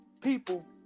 people